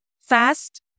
fast